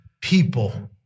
people